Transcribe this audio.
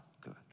good